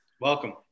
Welcome